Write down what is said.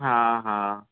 हा हा